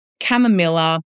chamomilla